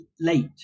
late